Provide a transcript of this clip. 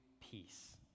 peace